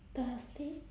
thursday